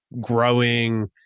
growing